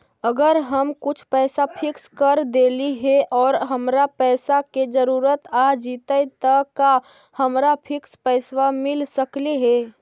अगर हम कुछ पैसा फिक्स कर देली हे और हमरा पैसा के जरुरत आ जितै त का हमरा फिक्स पैसबा मिल सकले हे?